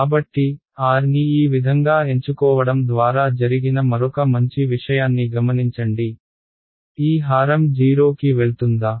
కాబట్టి r ని ఈ విధంగా ఎంచుకోవడం ద్వారా జరిగిన మరొక మంచి విషయాన్ని గమనించండి ఈ హారం 0 కి వెళ్తుందా